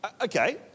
okay